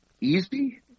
easy